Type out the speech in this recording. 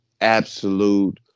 absolute